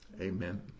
Amen